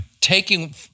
taking